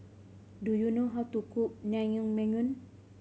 do you know how to cook Naengmyeon